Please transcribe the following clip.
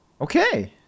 okay